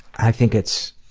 i think it's